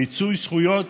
מיצוי זכויות,